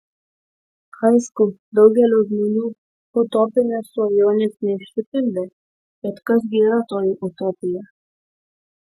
aišku daugelio žmonių utopinės svajonės neišsipildė bet kas gi yra toji utopija